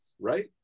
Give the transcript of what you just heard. right